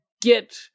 get